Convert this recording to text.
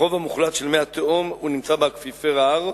הרוב המוחלט של מי התהום נמצא באקוויפר ההר.